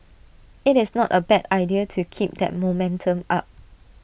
IT is not A bad idea to keep that momentum up